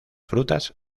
frutas